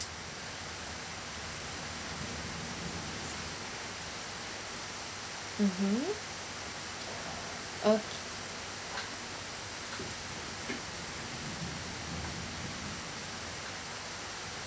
mmhmm okay